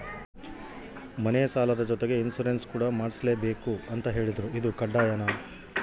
ಮನೆ ಸಾಲದ ಜೊತೆಗೆ ಇನ್ಸುರೆನ್ಸ್ ಕೂಡ ಮಾಡ್ಸಲೇಬೇಕು ಅಂತ ಹೇಳಿದ್ರು ಇದು ಕಡ್ಡಾಯನಾ?